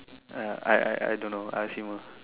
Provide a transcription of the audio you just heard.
I I I I I don't know I assume one